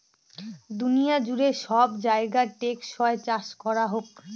দুনিয়া জুড়ে সব জায়গায় টেকসই চাষ করা হোক